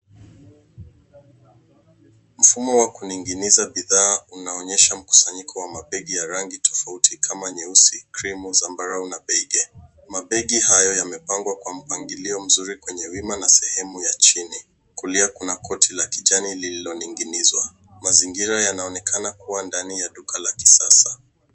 Mfumo wa kuninginiza bidhaa unaonyesha mkusanyiko wa mabegi ya rangi tofauti kama nyeusi, cream , zambarau, na beige . Mabegi hayo yamepangwa kwa mpangilio mzuri kwenye wima na sehemu ya chini. Kulia kuna koti la kulia lililoninginizwa. Mazingira yanaonekana kuwa dani ya duka la kisasa.